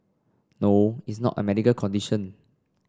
no it's not a medical condition